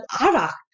Arak